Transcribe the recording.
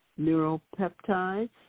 neuropeptides